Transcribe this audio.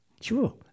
Sure